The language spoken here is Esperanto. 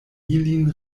ilin